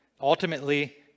Ultimately